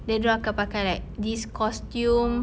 then dia orang akan pakai like this costume